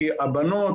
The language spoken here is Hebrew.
כי הבנות,